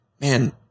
man